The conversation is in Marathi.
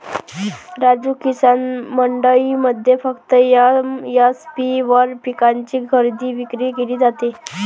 राजू, किसान मंडईमध्ये फक्त एम.एस.पी वर पिकांची खरेदी विक्री केली जाते